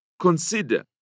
Consider